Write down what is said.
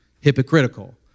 hypocritical